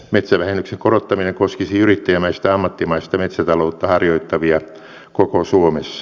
metsävähennyksen korottaminen koskisi yrittäjämäistä ammattimaista metsätaloutta harjoittavia koko suomessa